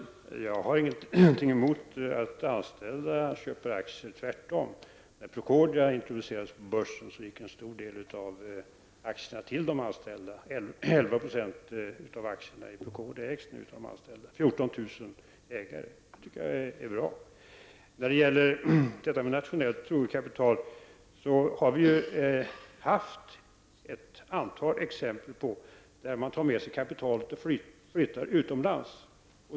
Herr talman! Jag har inget emot att anställda köper aktier, tvärtom. När Procordia introducerades på börsen gick en stor del av aktierna till de anställda. 11 % av aktierna i Procordia ägs nu av de anställda -- 14 000 ägare. Det tycker jag är bra. När det gäller frågan om nationellt troget kapital finns det ett antal exempel på att man har tagit med sig kapital och flyttat utomlands.